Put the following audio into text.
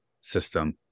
system